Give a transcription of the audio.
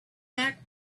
back